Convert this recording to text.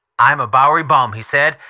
i'm a bowery bum, he said,